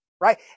right